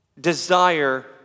desire